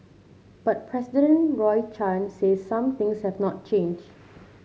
but President Roy Chan says some things have not changed